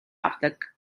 авдаг